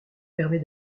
permet